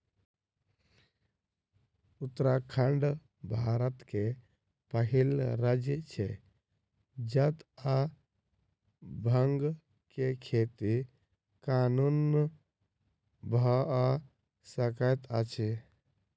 उत्तराखंड भारत के पहिल राज्य छै जतअ भांग के खेती कानूनन भअ सकैत अछि